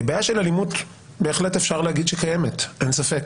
בעיה של אלימות בהחלט אפשר להגיד שקיימת, אין ספק,